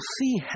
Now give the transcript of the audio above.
see